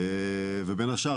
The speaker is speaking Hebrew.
ובין השאר,